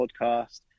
podcast